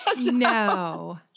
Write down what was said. No